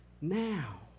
now